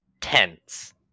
tense